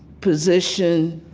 position,